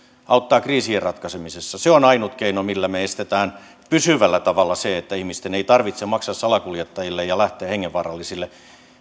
auttaa kriisien ratkaisemisessa se on ainut keino millä me estämme pysyvällä tavalla sen että ihmisten ei tarvitse maksaa salakuljettajille ja lähteä hengenvaarallisille